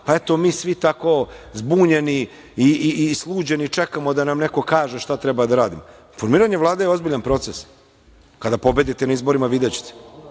pa eto mi svi tako zbunjeni i sluđeni čekamo da nam neko kaže šta treba da radimo. Formiranje Vlade je ozbiljan proces. Kada pobedite na izborima videćete,